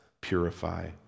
purify